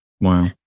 Wow